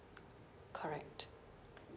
correct